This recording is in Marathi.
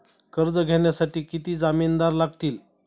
कर्ज घेण्यासाठी किती जामिनदार लागतील?